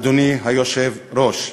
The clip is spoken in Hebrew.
אדוני היושב-ראש: